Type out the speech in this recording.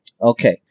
Okay